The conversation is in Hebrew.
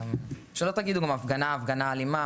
לא שתגידו שההפגנה אלימה,